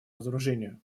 разоружению